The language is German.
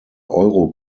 euro